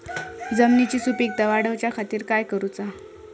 जमिनीची सुपीकता वाढवच्या खातीर काय करूचा?